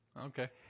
Okay